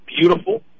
beautiful